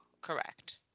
Correct